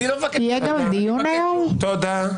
תודה.